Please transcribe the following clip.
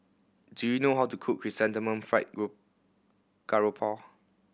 do you know how to cook chrysanthemum fried garoupa